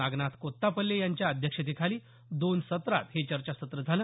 नागनाथ कोत्तापल्ले यांच्या अध्यक्षतेखाली दोन सत्रात हे चर्चासत्र झालं